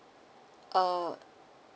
uh